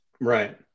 Right